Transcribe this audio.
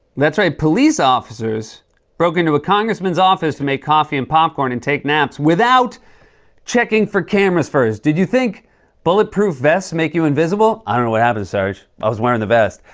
that's right. police officers broke into a congressman's office to make coffee and popcorn and take naps without checking for cameras first! did you think bulletproof vests make you invisible? i don't know what happened, sarge. i was wearing the vest.